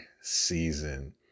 season